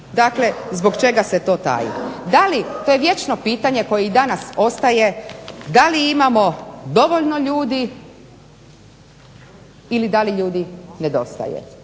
Dakle, zbog čega se to taji? To je vječno čitanje koje i danas ostaje da li imamo dovoljno ljudi ili da li ljudi nedostaje.